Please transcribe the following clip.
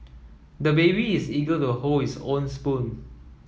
the baby is eager to hold his own spoon